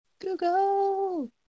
Google